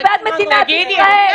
אנחנו בעד מדינת ישראל.